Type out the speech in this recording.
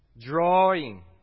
drawing